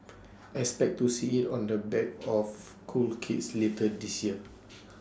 expect to see IT on the backs of cool kids later this year